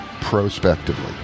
prospectively